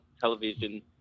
television